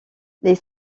les